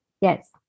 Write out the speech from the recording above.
yes